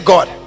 God